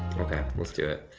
okay, let's do it.